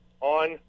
on